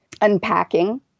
unpacking